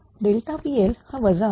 PL हा वजा आहे